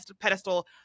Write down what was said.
pedestal